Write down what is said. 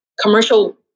commercial